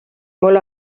molt